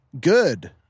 good